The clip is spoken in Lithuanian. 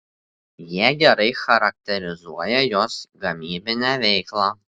jie gerai charakterizuoja jos gamybinę veiklą